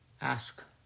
ask